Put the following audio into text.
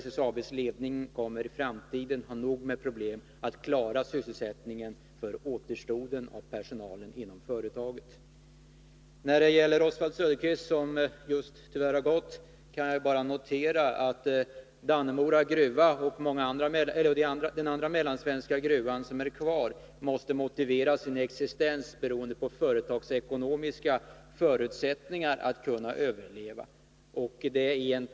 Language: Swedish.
SSAB:s ledning kommer säkerligen att ha nog med problem för att klara sysselsättningen för återstoden av personalen vid företaget. Oswald Söderqvist har tyvärr just gått, men jag vill ändå beträffande hans inlägg notera att avgörande för den fortsatta existensen av Dannemora gruva Nr 38 och den andra mellansvenska gruva som är kvar måste vara företagseko Fredagen den nomiska förutsättningar att överleva i en total gruvstruktur i Sverige.